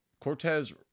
Cortez